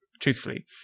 truthfully